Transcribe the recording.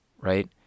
right